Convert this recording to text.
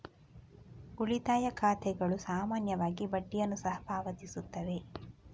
ಉಳಿತಾಯ ಖಾತೆಗಳು ಸಾಮಾನ್ಯವಾಗಿ ಬಡ್ಡಿಯನ್ನು ಸಹ ಪಾವತಿಸುತ್ತವೆ